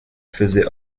faisait